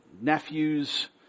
nephew's